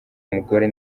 umugore